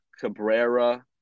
Cabrera